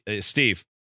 Steve